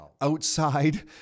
outside